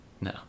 no